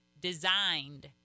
designed